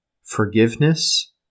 forgiveness